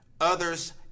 others